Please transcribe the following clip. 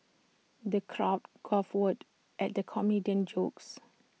the crowd guffawed at the comedian's jokes